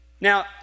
Now